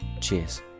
cheers